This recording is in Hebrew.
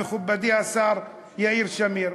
מכובדי השר יאיר שמיר.